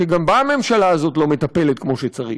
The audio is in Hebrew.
שגם בה הממשלה הזאת לא מטפלת כמו שצריך,